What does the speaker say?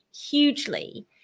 hugely